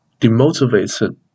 demotivated